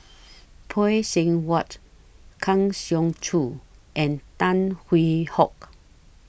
Phay Seng Whatt Kang Siong Joo and Tan Hwee Hock